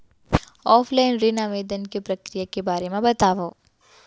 Offline ऋण आवेदन के प्रक्रिया के बारे म बतावव?